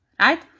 right